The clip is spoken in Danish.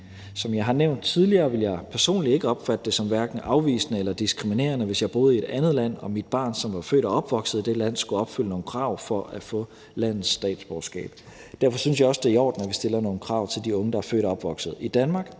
Som jeg har nævnt tidligere, vil jeg personligt ikke opfatte det som hverken afvisende eller diskriminerende, hvis jeg boede i et andet land og mit barn, som var født opvokset i det land, skulle opfylde nogle krav for at få landets statsborgerskab. Derfor synes jeg også, det er i orden, at vi stiller nogle krav til de unge, der er født og opvokset i Danmark,